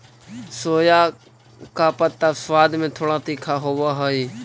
सोआ का पत्ता स्वाद में थोड़ा तीखा होवअ हई